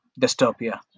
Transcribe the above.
dystopia